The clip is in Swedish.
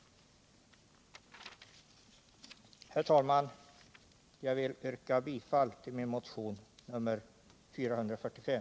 Herr talman! Jag yrkar bifall till motionen 445.